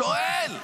אני שואל,